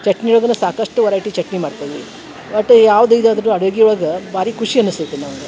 ಚಟ್ನಿ ಒಳಗೂ ಸಾಕಷ್ಟು ವರೈಟಿ ಚಟ್ನಿ ಮಾಡ್ತೇವೆ ಒಟ್ಟು ಯಾವ್ದು ಈಗಾದರೂ ಅಡುಗೆ ಒಳಗೆ ಭಾರಿ ಖುಷಿ ಅನಿಸ್ತೈತಿ ನಮ್ಗ್